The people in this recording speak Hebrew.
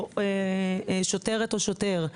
שוטרת או שוטר,